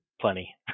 plenty